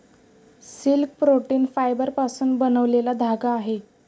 silk protein फायबरपासून बनलेला धागा आहे